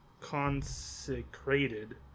consecrated